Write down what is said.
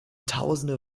tausende